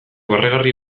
barregarri